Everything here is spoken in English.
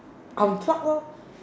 I'm proud what